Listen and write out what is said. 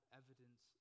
evidence